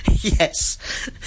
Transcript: Yes